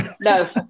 No